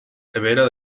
severa